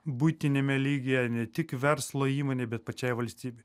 buitiniame lygyje ne tik verslo įmonei bet pačiai valstybei